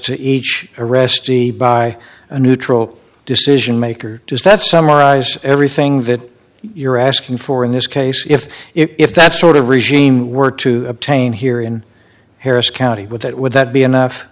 to each arrestee by a neutral decision maker does that summarize everything that you're asking for in this case if if that sort of regime were to obtain here in harris county would that would that be enough